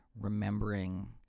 remembering